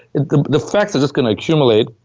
and the the facts are just gonna accumulate,